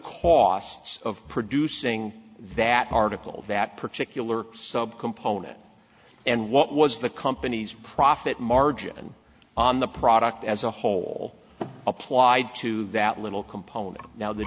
costs of producing that article that particular subcomponent and what was the company's profit margin on the product as a whole applied to that little component now the